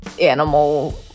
animal